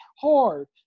hard